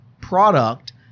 product